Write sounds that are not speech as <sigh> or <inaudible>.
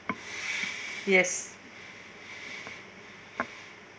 <breath> yes